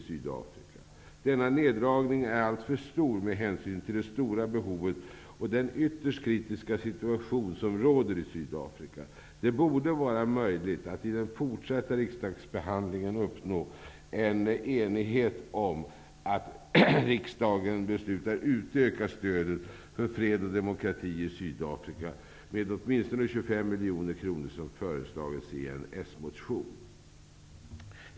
Denna neddragning är alltför stor med hänsyn till det stora behovet och den ytterst kritiska situation som råder i Sydafrika. Det borde vara möjligt att i den fortsatta riksdagsbehandlingen uppnå enighet om att riksdagen beslutar utöka stödet för fred och demokrati i Sydafrika med åtminstone 25 miljoner kronor, som föreslagits i en s-motion.